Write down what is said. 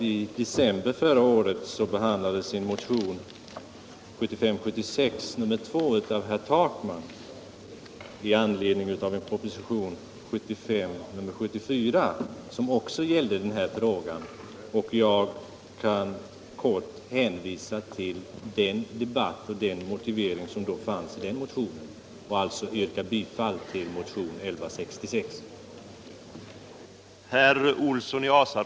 I december förra året behandlade vi motionen 1975/76:2 av herr Takman m.fl. i anledning av propositionen 1975:74, som också gällde denna fråga. Jag kan här hänvisa till den motionens motivering och den debatt som då fördes här i kammaren. Herr talman! Jag yrkar bifall till motionen 1166.